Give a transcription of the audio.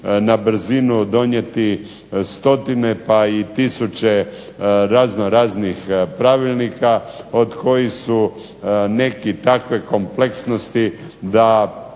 na brzinu donijeti stotine pa i tisuće raznoraznih pravilnika, od kojih su neki takve kompleksnosti da